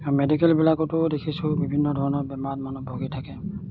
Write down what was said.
মেডিকেলবিলাকতো দেখিছোঁ বিভিন্ন ধৰণৰ বেমাৰত মানুহ ভুগি থাকে